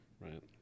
right